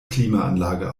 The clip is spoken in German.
klimaanlage